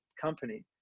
company